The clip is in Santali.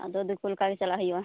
ᱟᱫᱚ ᱫᱤᱠᱩ ᱞᱮᱠᱟ ᱜᱮ ᱪᱟᱞᱟᱜ ᱦᱩᱭᱩᱜᱼᱟ